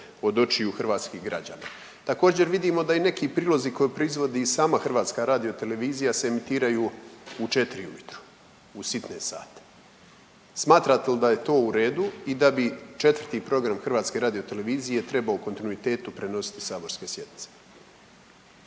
od očiju hrvatskih građana. Također vidimo da i neki prilozi koje proizvodi i sama HRT se emitiraju u 4 ujutro, u sitne sate. Smatrate li da je to u redu i da bi 4 program HRT-a trebao u kontinuitetu prenositi saborske sjednice?